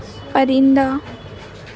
پرندہ